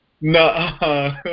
No